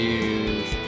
use